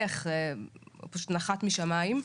הוא פשוט נחת משמיים,